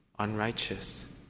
unrighteous